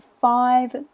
five